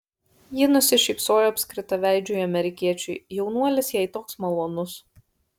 ji nusišypsojo apskritaveidžiui amerikiečiui jaunuolis jai toks malonus